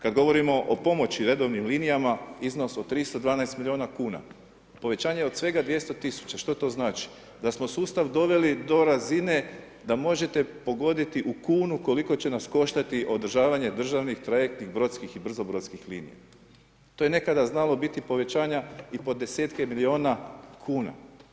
Kad govorimo o pomoći redovnim linijama iznos od 312 miliona kuna, povećanje od svega 200 tisuća što to znači, da smo sustav doveli do razine da možete pogoditi u kunu koliko će nas koštati održavanje državnih trajektnih brodskih i brzobrodskih linija, to je nekada znalo biti povećanja i po desetke miliona kuna.